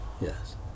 Yes